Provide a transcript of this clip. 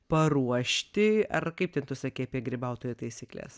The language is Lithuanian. paruošti ar kaip tu sakei apie grybautojo taisykles